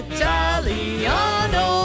Italiano